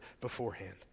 beforehand